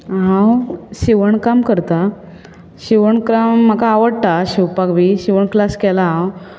हांव शिवणकाम करतां शिवणकाम म्हाका आवडटा शिवपाक बी शिवण क्लास केलां हांव